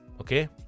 okay